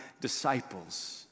disciples